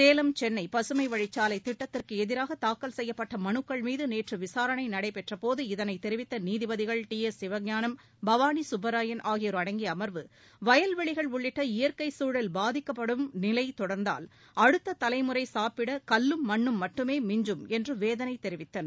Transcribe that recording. சேலம் சென்னை பசுமைவழிச் சாலைத் திட்டத்திற்கு எதிராக தாக்கல் செய்யப்பட்ட மனுக்கள் மீது நேற்று விசாரணை நடைபெற்றபோது இதனைத் தெரிவித்த நீதிபதிகள் டி எஸ் சிவஞானம் பவானி சுப்புராயன் ஆகியோர் அடங்கிய அம்வு வயல் வெளிகள் உள்ளிட்ட இயற்கை சூழல் அழிக்கப்படும் நிலை தொடர்ந்தால் அடுத்த தலைமுறை சாப்பிட கல்லும் மண்னும் மட்டுமே மிஞ்சும் என்று வேதளை தெரிவித்தனர்